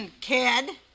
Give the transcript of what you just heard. kid